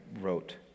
wrote